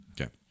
Okay